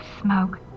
smoke